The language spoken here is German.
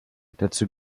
dazu